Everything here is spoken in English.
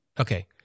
Okay